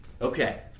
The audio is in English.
Okay